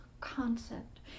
concept